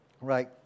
Right